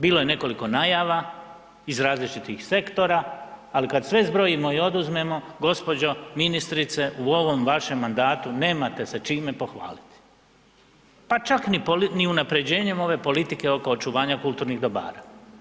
Bilo je nekoliko najava iz različitih sektora, ali kada sve zbrojimo i oduzmemo, gospođo ministrice, u ovom vašem mandatu nemate se čime pohvaliti, pa čak ni unapređenjem ove politike oko očuvanja kulturnih dobara.